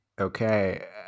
Okay